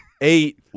eight